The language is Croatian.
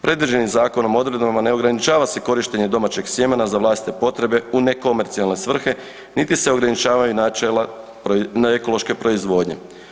Predviđenim zakonom i odredbama ne ograničava se korištenje domaćeg sjemena za vlastite potrebe u nekomercijalne svrhe, niti se ograničavaju načela na ekološke proizvodnje.